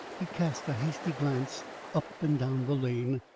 he cast a hasty glance up and down the lane,